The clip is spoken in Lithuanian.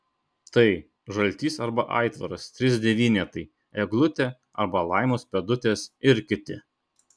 tai žaltys arba aitvaras trys devynetai eglutė arba laimos pėdutės ir kiti